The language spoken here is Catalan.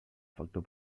factor